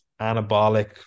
anabolic